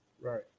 Right